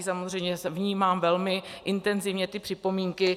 Samozřejmě vnímám velmi intenzivně ty připomínky.